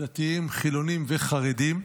דתיים, חילונים וחרדים.